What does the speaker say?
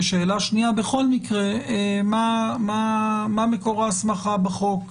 ושאלה שנייה, בכל מקרה מה מקור ההסמכה בחוק?